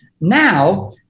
now